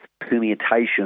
permutations